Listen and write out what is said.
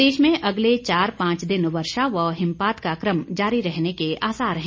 प्रदेश में अगले चार पांच दिन वर्षा व हिमपात का क्रम जारी रहने के आसार है